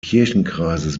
kirchenkreises